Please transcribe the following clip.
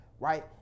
Right